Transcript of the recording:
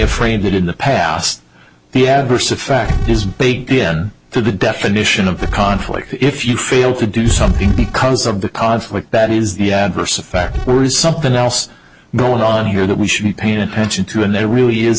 it in the past the adverse effect is baked in for the definition of the conflict if you fail to do something because of the conflict that is the adverse effect or is something else going on here that we should be paying attention to and there really is